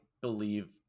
believe